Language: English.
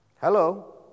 Hello